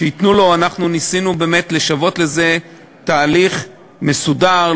אנחנו ניסינו באמת לשוות לזה תהליך מסודר,